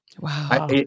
Wow